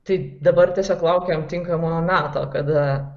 tai dabar tiesiog laukiam tinkamo meto kada